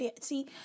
See